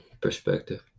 perspective